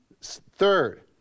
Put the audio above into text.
Third